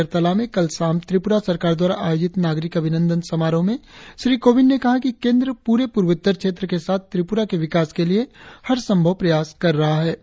अगरतला में कल शाम त्रिपुरा सरकार द्वारा आयोजित नागरिक अभिनंदन समारोह में श्री कोविंद ने कहा कि केंद्र पूरे पूर्वोत्तर क्षेत्र के साथ त्रिपुरा के विकास के लिए हरसंभव प्रयास कर रहा है